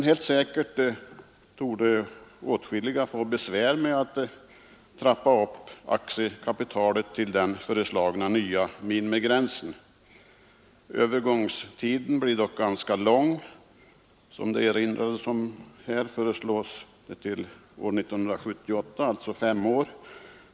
Helt säkert torde åtskilliga få besvär med att trappa upp aktiekapitalet till den föreslagna nya minimigränsen. Övergångstiden blir dock ganska lång. Som det erinrades om här föreslås utgången av 1978 som sista tidpunkt, dvs. en övergångstid på fem år.